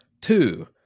Two